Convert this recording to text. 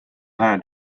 hääl